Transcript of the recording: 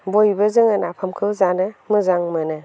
बयबो जोङो नाफामखौ जानो मोजां मोनो